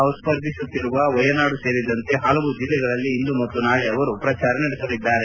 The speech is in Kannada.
ತಾವು ಸ್ಫರ್ಧಿಸುತ್ತಿರುವ ವಯನಾಡ್ ಸೇರಿದಂತೆ ಹಲವು ಜಿಲ್ಲೆಗಳಲ್ಲಿ ಇಂದು ಮತ್ತೆ ನಾಳೆ ಅವರು ಪ್ರಜಾರ ನಡೆಸಲಿದ್ದಾರೆ